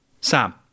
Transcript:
Sam